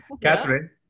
Catherine